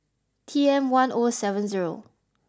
T M one O seven zero